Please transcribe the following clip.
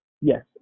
Yes